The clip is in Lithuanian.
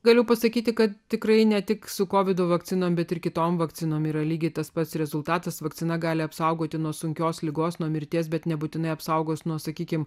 galiu pasakyti kad tikrai ne tik su kovido vakcinom bet ir kitom vakcinom yra lygiai tas pats rezultatas vakcina gali apsaugoti nuo sunkios ligos nuo mirties bet nebūtinai apsaugos nuo sakykime